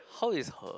how is her